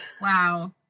wow